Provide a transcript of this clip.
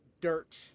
dirt